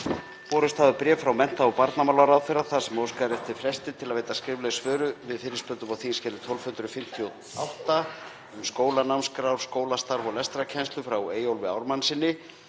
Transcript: Borist hafa bréf frá mennta- og barnamálaráðherra þar sem óskað er eftir fresti til að veita skrifleg svör við fyrirspurnum á þskj. 1258, um skólanámskrá, skólastarf og lestrarkennslu, frá Eyjólfi Ármannssyni,